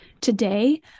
today